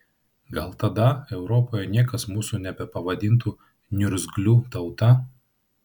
gal tada europoje niekas mūsų nebepavadintų niurgzlių tauta